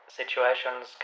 situations